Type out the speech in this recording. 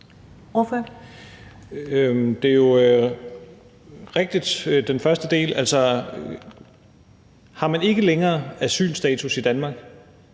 del er jo rigtig. Har man ikke længere asylstatus i Danmark,